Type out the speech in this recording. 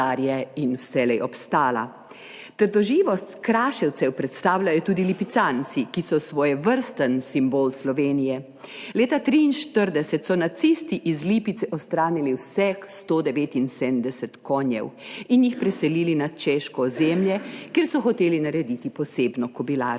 in vselej obstala. Trdoživost Kraševcev predstavljajo tudi lipicanci, ki so svojevrsten simbol Slovenije. Leta 1943 so nacisti iz Lipice odstranili vseh 179 konj in jih preselili na češko ozemlje, kjer so hoteli narediti posebno kobilarno.